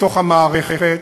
במערכת.